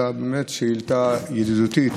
אלא באמת שאילתה ידידותית.